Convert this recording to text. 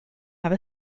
have